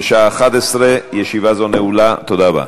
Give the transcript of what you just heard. לוועדת החוץ והביטחון נתקבלה.